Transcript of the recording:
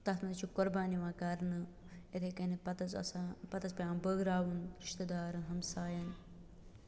تَتھ منٛز حظ چھِ قۄربان یِوان کَرنہٕ یِتھَے کٔنٮ۪تھ پَتہٕ حظ آسان پَتہٕ حظ پٮ۪وان بٲگراوُن رِشتہٕ دارَن ہَمساین